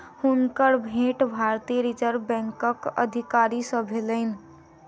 हुनकर भेंट भारतीय रिज़र्व बैंकक अधिकारी सॅ भेलैन